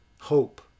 hope